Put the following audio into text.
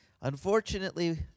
Unfortunately